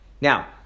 Now